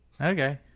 Okay